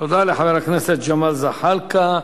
תודה לחבר הכנסת ג'מאל זחאלקה.